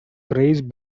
craig